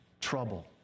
trouble